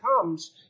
comes